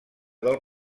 del